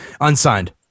unsigned